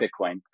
Bitcoin